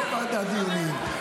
תהיה ועדת דיונים,